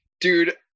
Dude